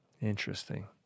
Interesting